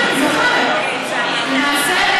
למעשה,